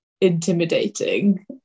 intimidating